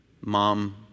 Mom